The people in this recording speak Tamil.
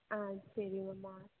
ஆ சரிங்கம்மா